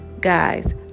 Guys